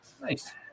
Nice